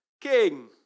King